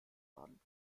fahren